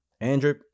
Andrew